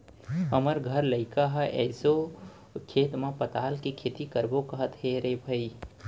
हमर घर लइका ह एसो खेत म पताल के खेती करबो कहत हे रे भई